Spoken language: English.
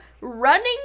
running